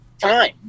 time